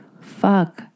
fuck